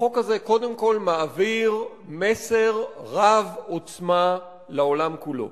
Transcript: החוק הזה מעביר מסר רב-עוצמה לעולם כולו.